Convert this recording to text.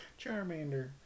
Charmander